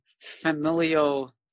familial